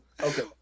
Okay